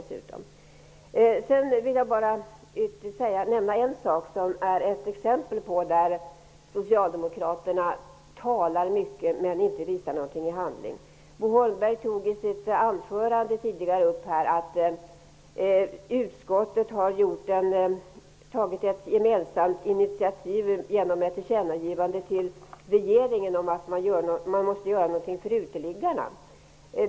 Sedan vill jag ge ett exempel på att socialdemokraterna säger mycket samtidigt som de inte visar på särskilt mycket i handling. Bo Holmberg sade i sitt huvudanförande att utskottet gemensamt har tagit initiativ i form av ett tillkännagivande till regeringen om att något måste göras för uteliggarna.